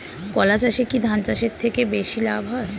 কলা চাষে কী ধান চাষের থেকে বেশী লাভ হয়?